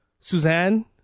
Suzanne